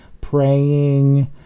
praying